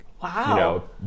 Wow